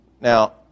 Now